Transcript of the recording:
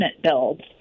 builds